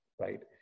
right